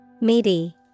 Meaty